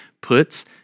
puts